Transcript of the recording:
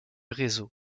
réseau